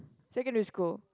secondary school